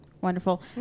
Wonderful